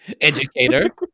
Educator